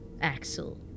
Axel